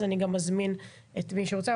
אני גם אזמין את מי שרוצה.